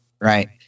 Right